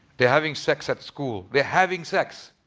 they're having sex at school. they're having sex.